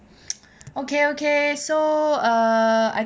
okay okay so uh